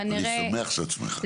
אני שמח שאת שמחה.